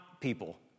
people